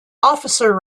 officer